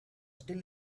still